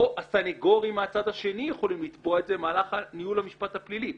או הסנגורים מהצד השני יכולים לתבוע את זה במהלך ניהול המשפט הפלילי.